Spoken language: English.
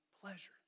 pleasure